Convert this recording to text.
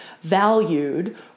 valued